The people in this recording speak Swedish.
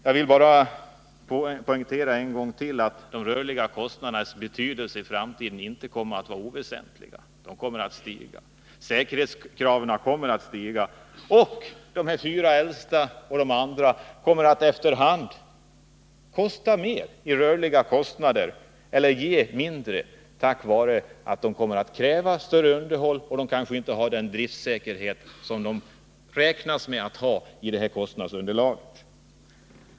Jag vill bara poängtera en gång till att de rörliga kostnadernas betydelse i framtiden inte kommer att vara oväsentliga — de kommer att stiga. Säkerhetskraven kommer att stiga, och de här fyra äldsta kärnkraftverken och de andra kommer att efter hand kosta mer i rörliga kostnader eller ge mindre på grund av att de kommer att kräva större underhåll, och de kanske inte har den driftsäkerhet som de beräknas ha i det här kostnadsunderlaget.